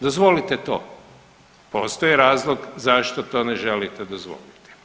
Dozvolite to, postoji razlog zašto to ne želite dozvoliti.